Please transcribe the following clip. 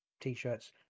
t-shirts